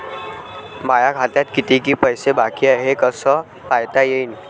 माया खात्यात कितीक पैसे बाकी हाय हे कस पायता येईन?